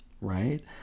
right